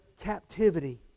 captivity